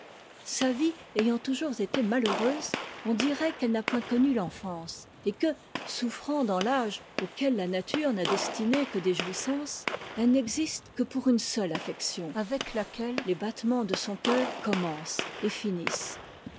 sa vie ayant toujours été malheureuse on dirait qu'elle n'a point connu l'enfance et que souffrant dans t'âge auquel la nature n'a destiné que des jouissances elle n'existe que pour une seule affection avec laquelle les battements de son cœur commencent et finissent